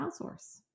outsource